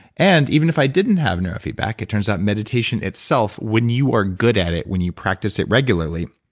and even if i didn't have neurofeedback, it turns out meditation itself, when you are good at it, when you practice it regularly,